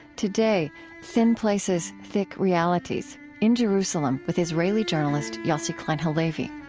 today thin places, thick realities in jerusalem with israeli journalist yossi klein halevi